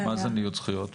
מה זה ניוד זכויות?